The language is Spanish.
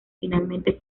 finalmente